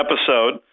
episode